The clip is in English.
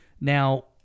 now